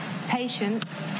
Patience